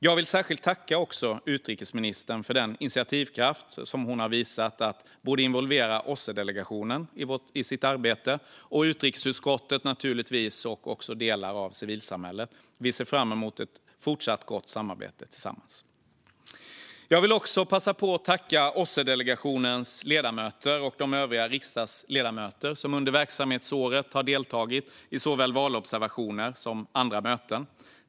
Jag vill särskilt tacka utrikesministern för den initiativkraft som hon visat genom att involvera OSSE-delegationen och naturligtvis utrikesutskottet men även delar av civilsamhället i regeringens arbete. Vi ser fram emot ett fortsatt gott samarbete. Jag vill också passa på att tacka OSSE-delegationens ledamöter och de övriga riksdagsledamöter som under verksamhetsåret har deltagit i såväl valobservationer som andra möten.